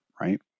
right